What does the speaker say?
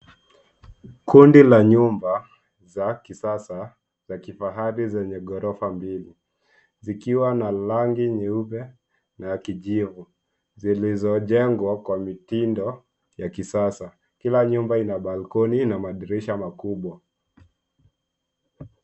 Kundi la nyumba za kisasa za kifahari zenye gorofa mbili, zikiwa na rangi nyeupe na ya kijivu zilizo jengwa kwa mitindo ya kisasa. Kila nyumba ina balcony na madirisha makubwa.